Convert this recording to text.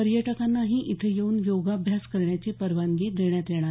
पर्यटकांनाही इथे येऊन योगाभ्यास करण्याची परवानगी देण्यात येणार आहे